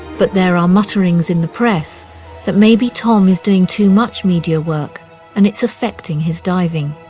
but there are mutterings in the press that maybe tom is doing too much media work and it's affecting his diving.